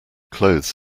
clothes